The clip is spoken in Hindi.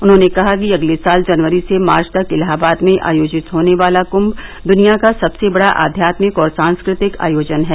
उन्होंने कहा कि अगले साल जनवरी से मार्च तक इलाहाबाद में आयोजित होने वाला कुंभ दुनिया का सबसे बड़ा आध्यात्मिक और सांस्कृतिक आयोजन है